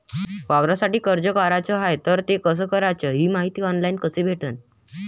वावरासाठी कर्ज काढाचं हाय तर ते कस कराच ही मायती ऑनलाईन कसी भेटन?